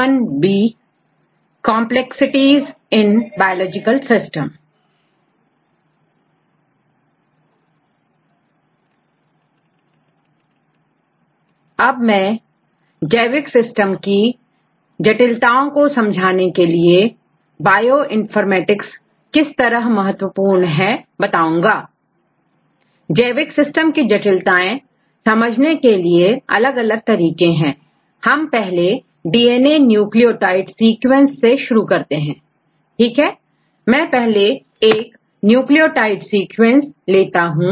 i जैविक पहले DNA nucleotide sequence से शुरू करते हैं ठीक है मैं पहले एक न्यूक्लियोटाइड सीक्वेंस लेता हूं